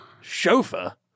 Chauffeur